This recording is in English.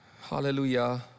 Hallelujah